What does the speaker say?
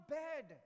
bed